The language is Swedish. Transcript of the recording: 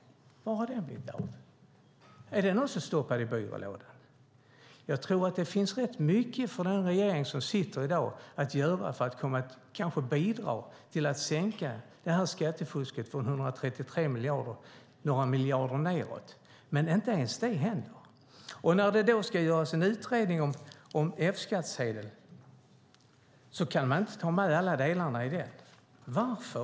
Har den också stoppats i byrålådan? Det finns mycket regeringen kan göra för att bidra till att minska skattefusket på 133 miljarder med några miljarder, men inget händer. När det nu ska göras en utredning om F-skattsedeln tar man inte med alla delarna. Varför, Maria?